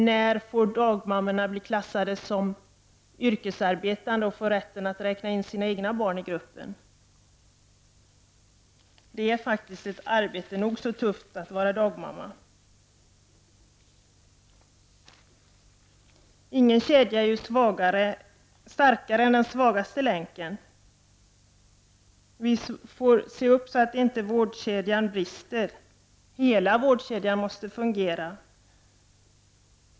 När får dagmammorna bli klassade som yrkesarbetande och rätt att räkna in sina egna barn i gruppen? Att vara dagmamma är faktiskt ett arbete och nog så tufft. Ingen kedja är starkare än sin svagaste länk. Men man måste se upp så att inte vårdkedjan brister. Hela vårdkedjan måste fungera.